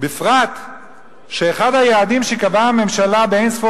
בפרט שאחד היעדים שקבעה הממשלה באין- ספור